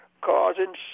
causing